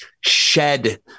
shed